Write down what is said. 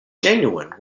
genuine